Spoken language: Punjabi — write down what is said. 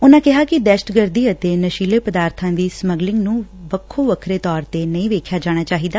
ਉਨੂਾ ਕਿਹਾ ਕਿ ਦਹਿਸ਼ਤਗਰਦੀ ਅਤੇ ਨਸ਼ੀਲੇ ਪਦਾਰਬਾ ਦੀ ਸਮਗਲਿੰਗ ਨੂੰ ਵੱਖੋ ਵੱਖਰੇ ਤੌਰ ਤੇ ਨਹੀ ਵੇਖਿਆ ਜਾਣਾ ਚਾਹੀਦਾ